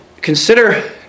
consider